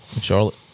charlotte